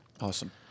Awesome